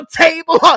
table